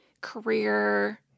career